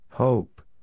Hope